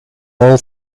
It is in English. all